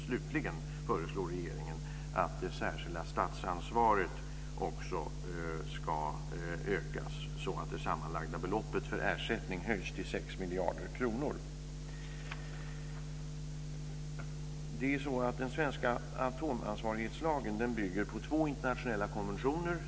Slutligen föreslår regeringen att det särskilda statsansvaret också ska ökas så att det sammanlagda beloppet för ersättning höjs till 6 miljarder kronor. Den svenska atomansvarighetslagen bygger på två internationella konventioner.